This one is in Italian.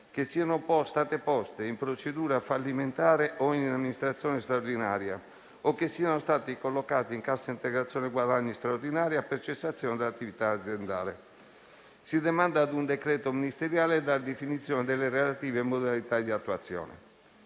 che siano state poste in procedura fallimentare o in amministrazione straordinaria o che siano stati collocati in cassa integrazione guadagni straordinaria per cessazione dell'attività aziendale. Si demanda a un decreto ministeriale la definizione delle relative modalità di attuazione.